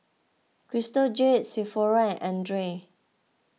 Crystal Jade Sephora and andre